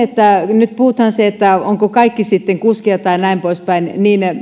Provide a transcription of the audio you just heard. nyt puhutaan siitä ovatko kaikki sitten kuskeja tai näin poispäin niin